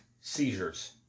seizures